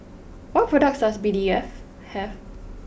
What products does B D F have